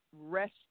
rest